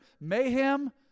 mayhem